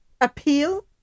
appeal